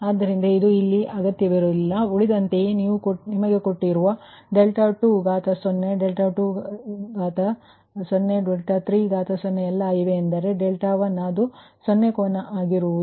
ಆದ್ದರಿಂದ ಇಲ್ಲಿ ಸಹ ಇದು ಅಗತ್ಯವಿಲ್ಲ ಆದ್ದರಿಂದ ಉಳಿದಂತೆ ಅವರು ನಿಮಗೆ ಕೊಟ್ಟಿರುವ ರೀತಿಯಲ್ಲಿ 𝛿20 𝛿20 𝛿30 ಎಲ್ಲ ಇವೆ ಹೇಗಾದರೂ 𝛿1 ಅದು 0 ಕೋನ ಆಗಿರುವುದು